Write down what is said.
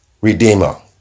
redeemer